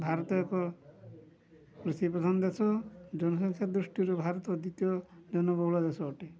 ଭାରତ ଏକ କୃଷି ପ୍ରଧାନ ଦେଶ ଜନସଂଖ୍ୟା ଦୃଷ୍ଟିରୁ ଭାରତ ଦ୍ୱିତୀୟ ଜନବହୁଳ ଦେଶ ଅଟେ